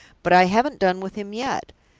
but i haven't done with him yet.